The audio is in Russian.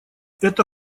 эта